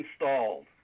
installed